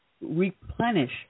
replenish